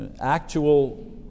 actual